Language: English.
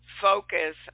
focus